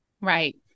Right